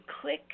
click